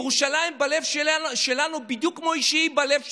ירושלים בלב שלנו בדיוק כמו שהיא בלב שלך,